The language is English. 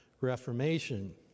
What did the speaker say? reformation